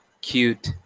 cute